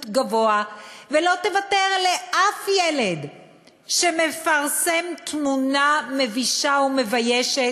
גבוהה ולא תוותר לאף ילד שמפרסם תמונה מבישה ומביישת,